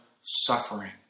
suffering